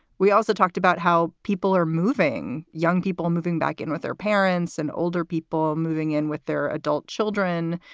we also talked about how people are moving, young people moving back in with their parents and older people moving in with their adult children.